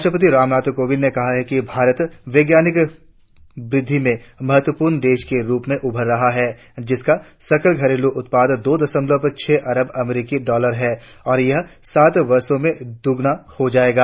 राष्ट्रपति रामनाथ कोविंद ने कहा है कि भारत वैज्ञानिक वृद्धि में महत्वपूर्ण देश के रुप में उभर रहा है जिसका सकल घरेलू उत्पाद दो दशमलव छह खरब अमरीकी डॉलर है और यह सात वर्षों में दोगुना हो जाएगा